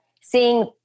seeing